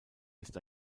ist